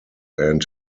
end